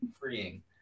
freeing